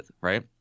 right